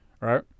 right